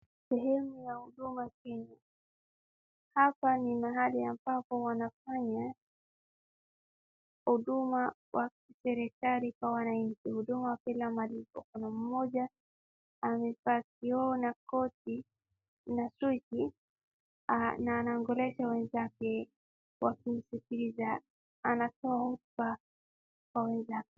Sehemu ya huduma Kenya, hapa ni mahali ambapo wanafanya huduma ya kiserikali kwa wananchi, huduma bila malipo, kuna mmoja amevaa kioo na koti na suti na anaongelesha wenzake wakimsikiliza anapowapa mawaidha.